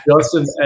Justin